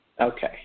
Okay